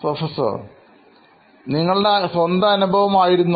professor നിങ്ങളുടെ സ്വന്തം അനുഭവം ആയിരുന്നോ